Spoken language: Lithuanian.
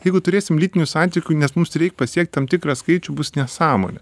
jeigu turėsim lytinių santykių nes mums reik pasiekt tam tikrą skaičių bus nesąmonė